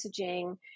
messaging